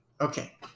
Okay